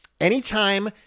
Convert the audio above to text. Anytime